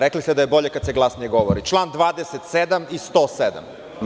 Rekli ste da je bolje kada se glasnije govori – član 27. i član 107.